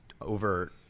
over